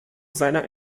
seiner